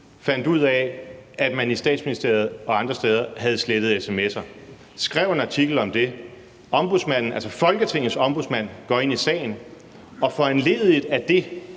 fandt ud af, at man i Statsministeriet og andre steder havde slettet sms'er og skrev en artikel om det; Ombudsmanden, altså Folketingets Ombudsmand, gik ind i sagen, og foranlediget af det